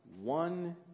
one